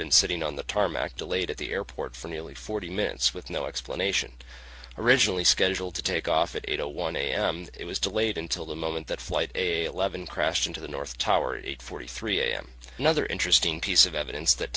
been sitting on tarmac delayed at the airport for nearly forty minutes with no explanation originally scheduled to take off at eight o one a m it was delayed until the moment that flight a eleven crashed into the north tower eight forty three a m another interesting piece of evidence that